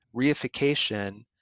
reification